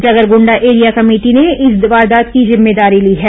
Jagargunda area committee ने इस वारदात की जिम्मेदारी ली है